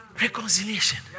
Reconciliation